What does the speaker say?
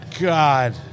God